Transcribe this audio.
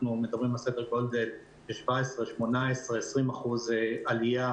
אנחנו מדברים על סדר גודל של 17%, 18%, 20% עלייה